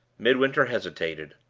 midwinter hesitated.